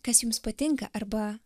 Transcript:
kas jums patinka arba